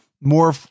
more